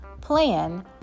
plan